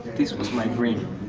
this was my dream.